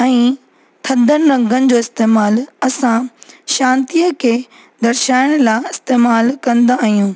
ऐं थधनि रंगनि जो इस्तेमाल असां शांतीअ खे दर्शाइण लाइ इस्तेमाल कंदा आहियूं